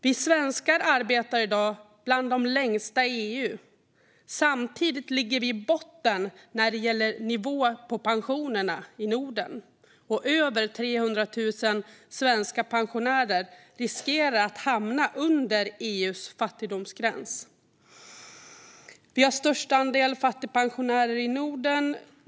Vi svenskar är i dag bland dem som arbetar längst i hela EU. Samtidigt ligger vi i botten i Norden när det gäller nivån på pensionerna, och över 300 000 svenska pensionärer riskerar att hamna under EU:s fattigdomsgräns. Vi har störst andel fattigpensionärer i Norden.